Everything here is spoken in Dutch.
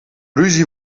ruzie